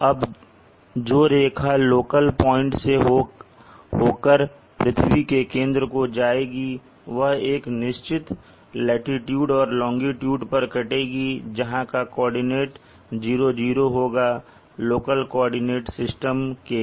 अब जो रेखा लोकल पॉइंट से होकर पृथ्वी के केंद्र को जाएगी वह एक निश्चित लाटीट्यूड और लोंगिट्यूड पर कटेगी जहां का कॉर्डिनेट 00 होगा लोकल कोऑर्डिनेट सिस्टम के लिए